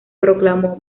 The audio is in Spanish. proclamó